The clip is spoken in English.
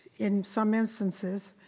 in some instances,